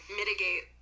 mitigate